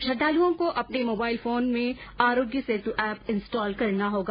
श्रद्धालुओं को अपने मोबाइल फोन में आरोग्य सेतू ऐप इंस्टॉल करना होगा